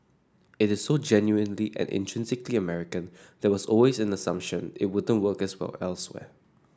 it is so genuinely and intrinsically American there was always in a assumption it wouldn't work as well elsewhere